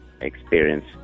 experience